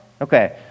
Okay